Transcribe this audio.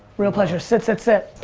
real pleasure, sit, sit, sit.